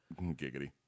Giggity